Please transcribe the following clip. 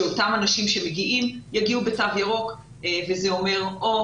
שאותם אנשים שמגיעים יגיעו בתו ירוק וזה אומר או